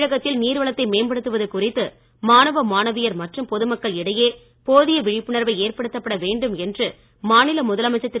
தமிழகத்தில் நீர்வளத்தை மேம்படுத்துவது குறித்து மாணவ மாணவியர் மற்றும் பொதுமக்கள் இடையே போதிய விழிப்புணர்வை ஏற்படுத்தப்பட வேண்டும் என்று மாநில முதலமைச்சர் திரு